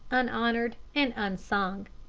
unhonored, and unsung.